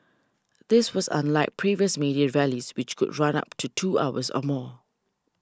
this was unlike previous May Day rallies which could run up to two hours or more